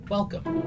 Welcome